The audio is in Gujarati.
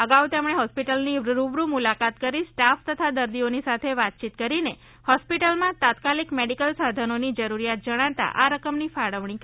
અગાઉ તેમણે હોસ્પીટલની રૂબરૂ મુલાકાત કરી સ્ટાફ તથા દર્દીઓની સાથે વાતચીત કરીને હોસ્પીટલનાં તાત્કાલીક મેડીકલ સાધનોની જરૂરિયાત જણાતાં આ રકમની ફાળવણી કરી છે